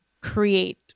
create